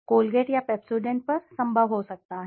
Colgate या Pepsodent पर संभव हो सकता है